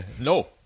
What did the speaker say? No